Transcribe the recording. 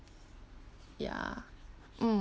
ya mm